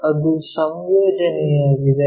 ಇದು ಸಂಯೋಜನೆಯಾಗಿದೆ